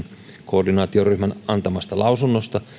koordinaatioryhmän antamasta lausunnosta